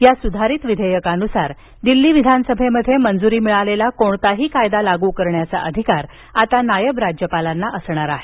या सुधारित विधेयकानुसार दिल्ली विधानसभेमध्ये मंजुरी मिळालेला कोणताही कायदा लागू करण्याचा अधिकार आता नायब राज्यपालांना असणार आहे